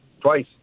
twice